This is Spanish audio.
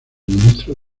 ministro